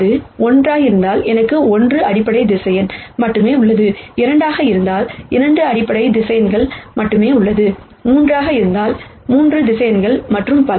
அது 1 ஆக இருந்தால் எனக்கு 1 அடிப்படை வெக்டர்ஸ் மட்டுமே உள்ளது 2 இருந்தால் 2 அடிப்படை வெக்டர்ஸ் 3 உள்ளன 3 அடிப்படை வெக்டர்ஸ் மற்றும் பல